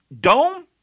Dome